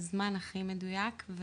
בזמן הכי מדויק.